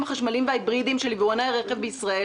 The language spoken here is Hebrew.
החשמליים וההיברידיים של יבואני הרכב בישראל,